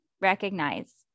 Recognize